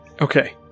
Okay